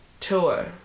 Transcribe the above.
tour